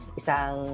isang